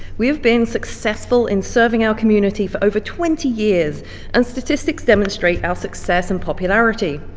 we have been successful in serving our community for over twenty years and statistics demonstrate our success and popularity.